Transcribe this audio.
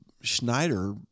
Schneider